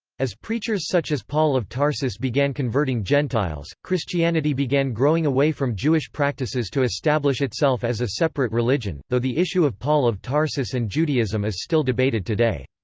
as preachers such as paul of tarsus began converting gentiles, christianity began growing away from jewish practices to establish itself as a separate religion, though the issue of paul of tarsus and judaism is still debated today.